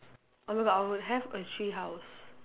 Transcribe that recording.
oh my god I would have a tree house